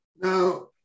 Now